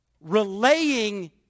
relaying